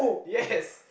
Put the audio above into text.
yes